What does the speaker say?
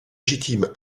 légitime